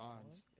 odds